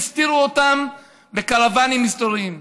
הסתירו אותם בקרוואנים מסתוריים.